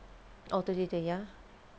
哦对对对 ya